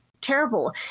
terrible